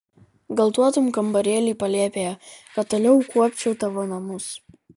gal duotum kambarėlį palėpėje kad toliau kuopčiau tavo namus